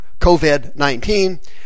COVID-19